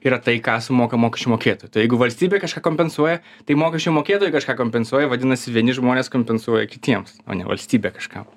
yra tai ką sumoka mokesčių mokėtojai tai jeigu valstybė kažką kompensuoja tai mokesčių mokėtojai kažką kompensuoja vadinasi vieni žmonės kompensuoja kitiems o ne valstybė kažkam